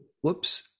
whoops